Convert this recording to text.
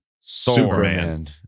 Superman